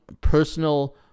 personal